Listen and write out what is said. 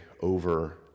over